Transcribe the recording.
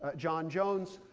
john jones,